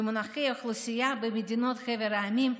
במונחי גודל אוכלוסייה בחבר המדינות,